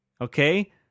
okay